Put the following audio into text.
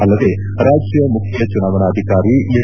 ಅಲ್ಲದೇ ರಾಜ್ಯ ಮುಖ್ಯ ಚುನಾವಣಾಧಿಕಾರಿ ಎಸ್